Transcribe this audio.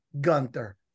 Gunther